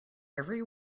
every